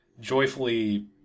joyfully